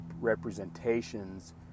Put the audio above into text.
representations